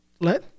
let